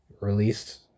released